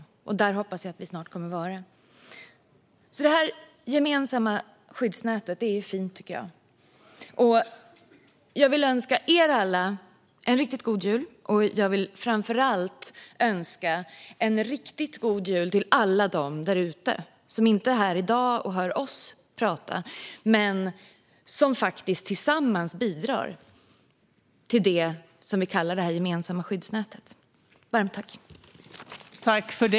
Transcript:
Och där hoppas jag att vi snart kommer att vara. Det gemensamma skyddsnätet är fint, tycker jag. Jag vill önska er alla en riktigt god jul. Jag vill framför allt önska en riktigt god jul till alla där ute, som inte är här i dag och hör oss prata men som faktiskt tillsammans bidrar till det som vi kallar det gemensamma skyddsnätet.